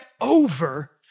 over